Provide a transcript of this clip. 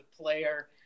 player